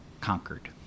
conquered